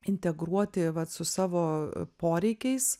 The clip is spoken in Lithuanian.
integruoti vat su savo poreikiais